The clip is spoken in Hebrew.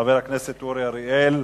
חבר הכנסת אורי אריאל,